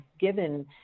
given